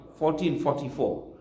1444